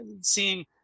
seeing